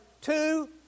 two